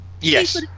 Yes